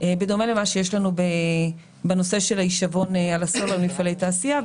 בדומה למה שיש לנו בנושא של ההישבון על הסולר למפעלי תעשייה.